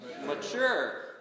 mature